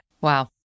Wow